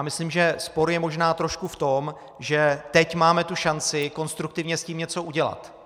Myslím, že spor je možná trošku v tom, že teď máme šanci konstruktivně s tím něco udělat.